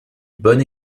bonne